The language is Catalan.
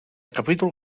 capítol